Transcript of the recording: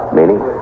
Meaning